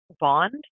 bond